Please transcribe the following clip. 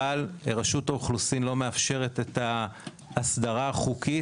אבל רשות האוכלוסין לא מאפשרת את ההסדרה החוקית